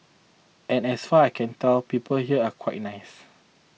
and as far I can tell people here are quite nice